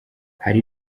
hari